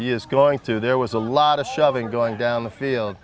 he is going through there was a lot of shoving going down the field